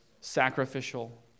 sacrificial